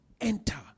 enter